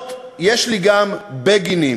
להראות "יש לי גם בגינים",